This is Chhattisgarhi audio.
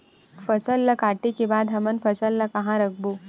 फसल ला काटे के बाद हमन फसल ल कहां रखबो?